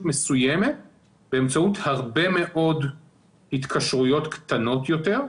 מסוימת באמצעות הרבה מאוד התקשרויות קטנות יותר.